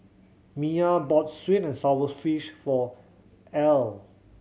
Miya bought sweet and sour fish for Earle